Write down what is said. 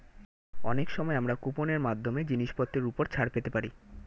অনেক সময় আমরা কুপন এর মাধ্যমে জিনিসপত্রের উপর ছাড় পেতে পারি